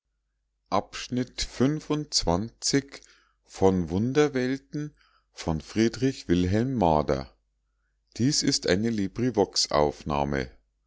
es ist eine